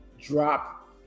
drop